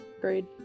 great